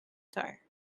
tyre